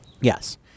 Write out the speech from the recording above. Yes